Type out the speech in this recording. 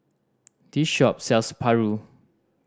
this shop sells paru